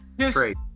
trade